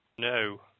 no